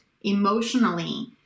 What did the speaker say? emotionally